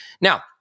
Now